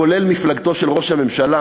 כולל מפלגתו של ראש הממשלה,